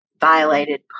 violated